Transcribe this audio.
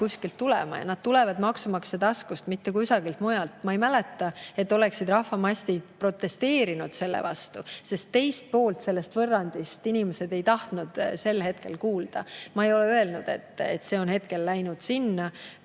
kuskilt tulema. Need tulevad maksumaksja taskust, mitte kusagilt mujalt. Ma ei mäleta, et oleksid rahvamassid protesteerinud selle vastu, sest teist poolt sellest võrrandist inimesed ei tahtnud sel hetkel kuulda. Ma ei ole öelnud, et [käibemaksutõus]